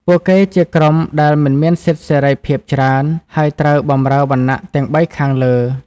ពួកគេជាក្រុមដែលមិនមានសិទ្ធិសេរីភាពច្រើន ហើយត្រូវបម្រើវណ្ណៈទាំងបីខាងលើ។